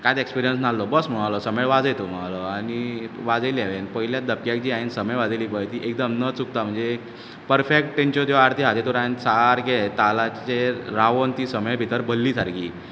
कायच एक्सपिरीयन्स नासलो बस म्हणूंक लागलो शामेळ वाजय तूं म्हणूंक लागलो आनी वाजयली हांवेन पयल्याच धपक्याक जी हांवेन शामेळ वाजयली पय ती एकदम न चुकतां म्हणजे परफॅक्ट तेंच्यो ज्यो आरती हा तेतूंत हांवेन सारकें तालाचेर रावोन ती शामेळ भितर भरली सारखी